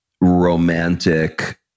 romantic